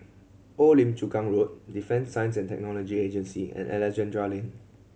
Old Lim Chu Kang Road Defence Science And Technology Agency and Alexandra Lane